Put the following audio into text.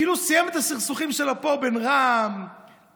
כאילו סיים את הסכסוכים שלו פה בין רע"מ למרצ,